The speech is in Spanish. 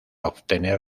obtener